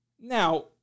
Now